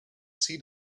see